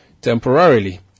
temporarily